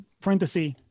parenthesis